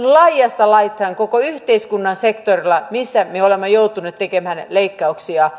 laidasta laitaan koko yhteiskunnan sektorilla me olemme joutuneet tekemään leikkauksia